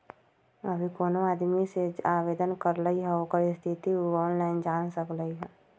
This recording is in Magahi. अभी कोनो आदमी जे आवेदन करलई ह ओकर स्थिति उ ऑनलाइन जान सकलई ह